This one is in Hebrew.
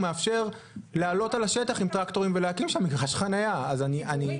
מאפשר לעלות על השטח עם טרקטורים ולהקים שם מגרש חניה ציבורי.